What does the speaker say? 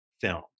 film